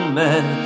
men